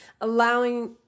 allowing